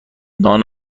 نان